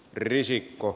risikko